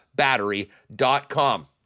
battery.com